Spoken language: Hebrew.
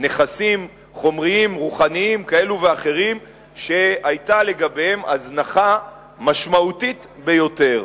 נכסים חומריים ורוחניים כאלה ואחרים שהיתה לגביהם הזנחה משמעותית ביותר.